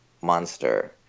Monster